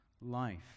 life